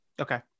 Okay